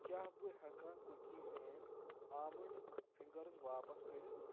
کیٛاہ بہٕ ہیٚکا کُکی مین آمنٛڈ فِنٛگٲرس واپس کٔرِتھ؟